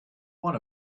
want